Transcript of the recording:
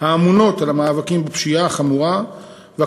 האמונות על המאבקים בפשיעה החמורה ועל